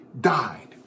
died